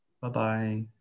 Bye-bye